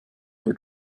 were